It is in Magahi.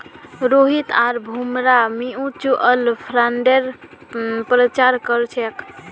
रोहित आर भूमरा म्यूच्यूअल फंडेर प्रचार कर छेक